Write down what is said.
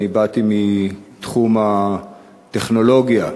אני באתי מתחום הטכנולוגיה.